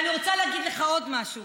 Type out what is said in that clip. ואני רוצה להגיד לך עוד משהו: